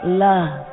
love